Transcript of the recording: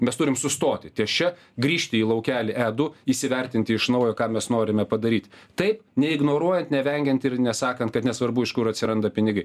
mes turim sustoti ties šia grįžti į laukelį e du įsivertinti iš naujo ką mes norime padaryti taip neignoruojant nevengiant ir nesakant kad nesvarbu iš kur atsiranda pinigai